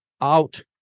out